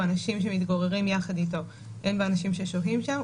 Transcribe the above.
אנשים שמתגוררים יחד איתו ואין בו אנשים ששוהים שם,